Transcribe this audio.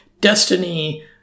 destiny